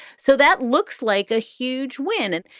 so that looks like a huge win. and